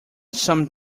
some